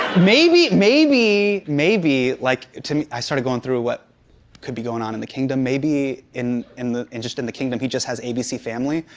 maybe, maybe, maybe, like, to me i started going through what could be going on in the kingdom. maybe, in in the in just, in the kingdom he just has abc family.